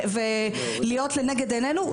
ולהיות לנגד עינינו.